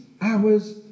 hours